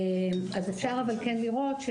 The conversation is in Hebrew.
אז אפשר אבל כן לראות,